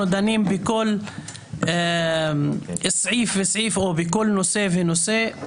דנים בכל סעיף וסעיף או בכל נושא ונושא,